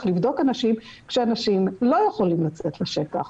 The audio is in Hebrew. לבדוק כאשר אנשים לא יכולים לצאת לשטח.